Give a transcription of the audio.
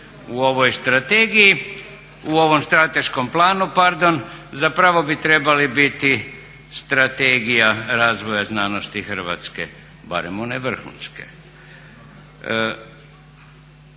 u ovom strateškom planu trebali bi biti strategija razvoja znanosti Hrvatske, berem one vrhunske.